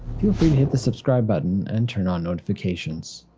feel free to hit the subscribe button and turn on notifications.